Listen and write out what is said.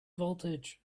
voltage